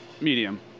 Medium